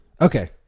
Okay